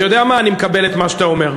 אתה יודע מה, אני מקבל את מה שאתה אומר.